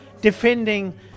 defending